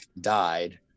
died